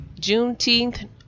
Juneteenth